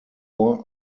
four